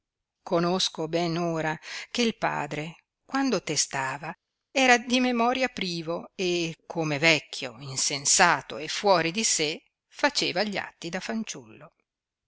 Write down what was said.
conosco ben ora che padre quando testava era di memoria privo e come vecchio insensato e fuori di sé faceva gli atti da fanciullo